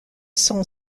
son